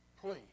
please